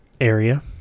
area